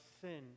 sin